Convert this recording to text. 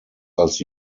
als